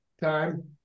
Time